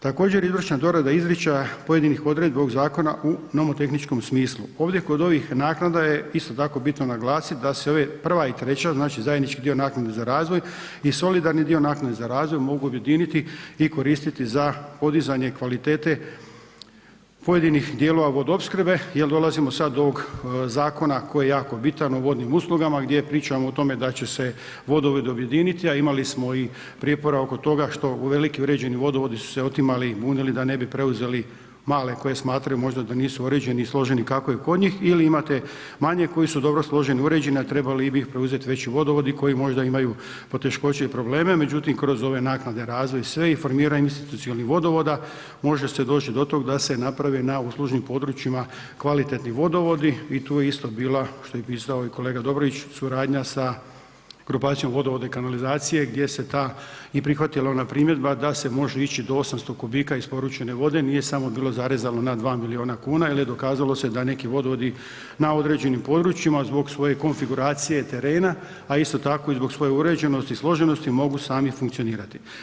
Također, izvršna dorada izričaja pojedinih odredbi ovog zakona u nomotehničkom smislu, ovdje kod ovih naknada je isto tako bitno naglasit da se ove prva i treća, znači zajednički dio naknade za razvoj i solidarni dio naknade za razvoj mogu objediniti i koristiti za podizanje kvalitete pojedinih dijelova vodoopskrbe jel dolazimo sad do ovog zakona koji je jako bitan, o vodnim uslugama gdje pričamo o tome da će se vodovodi objediniti, a imali smo i prijepora oko toga što uvelike uređeni vodovodi su se otimali i bunili da ne bi preuzeli male koje smatraju možda da nisu uređeni i složeni kako je kod njih ili imate manje koji su dobro složeni i uređeni, a trebali bi ih preuzeti veći vodovodi koji možda imaju poteškoće i probleme, međutim, kroz ove naknade, razvoj i sve, informiranje institucionalnih vodovoda, može se doći do tog da se napravi na uslužnim područjima kvalitetni vodovodi i tu je isto bila, što je i pisao kolega Dobrović, suradnja sa grupacijom vodovoda i kanalizacije gdje se ta i prihvatila ona primjedba da se može ići do 800 kubika isporučene vode, nije bilo samo zarezano na 2 milijuna kuna jel je dokazalo se da neki vodovodi na određenim područjima zbog svoje konfiguracije terena, a isto tako i zbog svoje uređenosti i složenosti mogu sami funkcionirati.